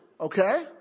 okay